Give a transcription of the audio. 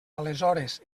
aleshores